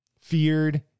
feared